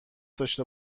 داشته